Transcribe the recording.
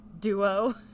duo